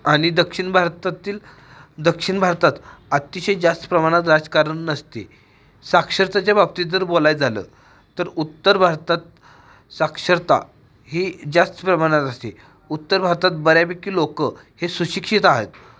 आणि दक्षिण भारतातील दक्षिण भारतात अतिशय जास्त प्रमाणात राजकारण नसते साक्षरतेच्या बाबतीत जर बोलायचं झालं तर उत्तर भारतात साक्षरता ही जास्त प्रमाणात असते उत्तर भारतात बऱ्यापैकी लोकं हे सुशिक्षित आहेत